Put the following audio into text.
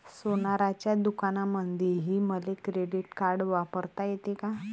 सोनाराच्या दुकानामंधीही मले क्रेडिट कार्ड वापरता येते का?